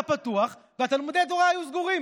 הבימה היה פתוח ותלמודי התורה היו סגורים.